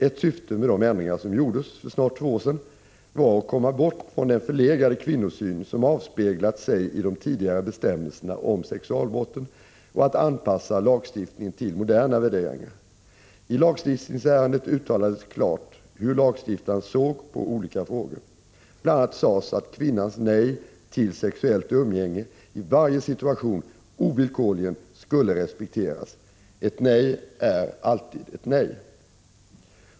Ett syfte med de ändringar som gjordes för snart två år sedan var att komma bort från den förlegade kvinnosyn som avspeglat sig i de tidigare bestämmelserna om sexualbrotten och att anpassa lagstiftningen till moderna värderingar. I lagstiftningsärendet uttalades klart hur lagstiftaren såg på olika frågor. Bl. a. sades att kvinnans nej till sexuellt umgänge i varje situation ovillkorligen skulle respekteras. Ett nej är alltid ett nej.